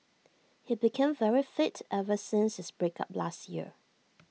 he became very fit ever since his break up last year